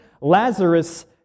Lazarus